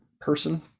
person